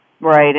Right